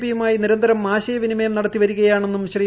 പിയുമായി നിരന്തരം ആശയവിനമയം നടത്തിവരികയാണെന്നും ശ്രീ